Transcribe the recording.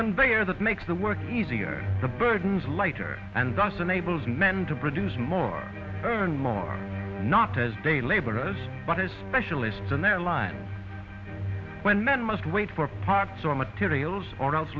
conveyor that makes the work easier the burdens lighter and thus enables men to produce more earn more not as day laborers but as specialists and their line when men must wait for parts or materials or else